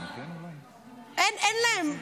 אין להם,